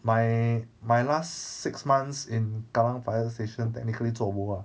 my my last six months in kallang fire station technically 做 bo ah